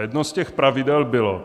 Jedno z těch pravidel bylo,